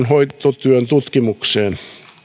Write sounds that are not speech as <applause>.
<unintelligible> hoitotyön tutkimukseen